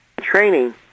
training